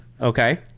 Okay